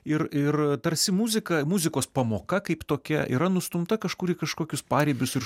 ir ir tarsi muzika muzikos pamoka kaip tokia yra nustumta kažkur į kažkokius paribius ir